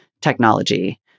technology